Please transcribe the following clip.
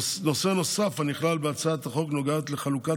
נושא נוסף הנכלל בהצעת החוק נוגע לחלוקת